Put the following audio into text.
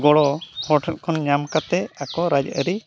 ᱜᱚᱲᱚ ᱦᱚᱲᱴᱷᱮᱱ ᱠᱷᱚᱱ ᱧᱟᱢ ᱠᱟᱛᱮᱫ ᱟᱠᱚ ᱨᱟᱡᱽᱟᱹᱨᱤ